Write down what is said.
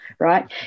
Right